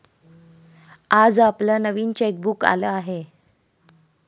आज आपलं नवीन चेकबुक आलं आहे